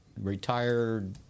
Retired